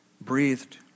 breathed